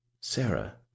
Sarah